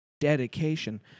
dedication